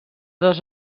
dos